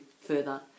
further